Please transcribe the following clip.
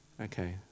Okay